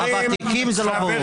הוותיקים זה לא ברור.